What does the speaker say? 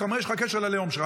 אתה אומר יש לך קשר ללאום שלך,